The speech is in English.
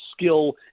skill